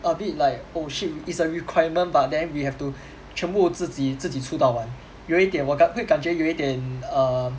a bit like oh shit it's a requirement but then we have to 全部自己自己出到完有一点我感会感觉有一点 err